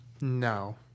no